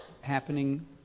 happening